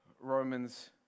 Romans